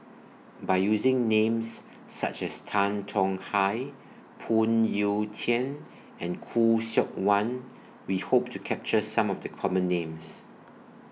By using Names such as Tan Tong Hye Phoon Yew Tien and Khoo Seok Wan We Hope to capture Some of The Common Names